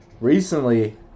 recently